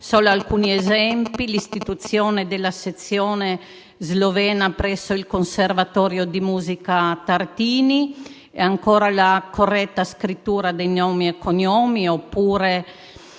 solo alcuni esempi: l'istituzione della sezione slovena presso il conservatorio di musica «Giuseppe Tartini», la corretta scrittura dei nomi e cognomi, la